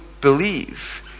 believe